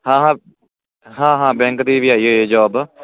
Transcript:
ਹਾਂ ਹਾਂ ਬੈਂਕ ਦੇ ਵੀ ਆਈ ਹੋਈ ਜੋਬ